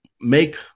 make